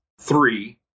three